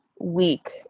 week